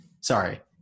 Sorry